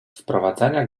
wprowadzania